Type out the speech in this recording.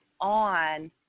on